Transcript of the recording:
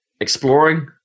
exploring